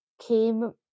came